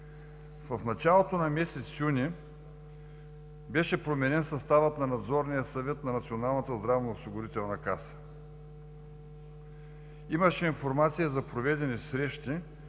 В началото на месец юни беше променен съставът на Надзорния съвет на Националната здравноосигурителна каса. Имаше информация за проведени срещи